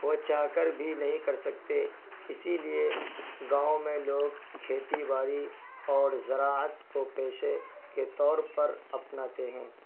وہ چاہ کر بھی نہیں کر سکتے اسی لیے گاؤں میں لوگ کھیتی باڑی اور زراعت کو پیشے کے طور پر اپناتے ہیں